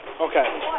Okay